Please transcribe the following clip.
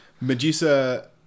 Medusa